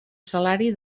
salari